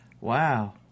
wow